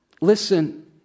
Listen